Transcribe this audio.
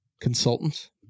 consultants